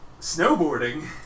Snowboarding